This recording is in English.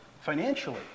financially